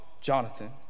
Jonathan